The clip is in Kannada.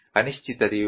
ಅನಿಶ್ಚಿತತೆಯು